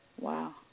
Wow